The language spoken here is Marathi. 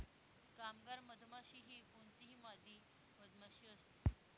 कामगार मधमाशी ही कोणतीही मादी मधमाशी असते